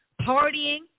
partying